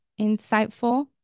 insightful